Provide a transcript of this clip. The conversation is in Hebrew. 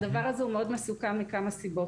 הדבר הזה הוא מסוכן מכמה סיבות.